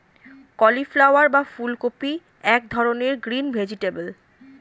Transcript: cauliflower বা ফুলকপি এক ধরনের গ্রিন ভেজিটেবল